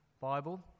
Bible